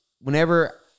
whenever